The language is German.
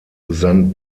san